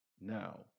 now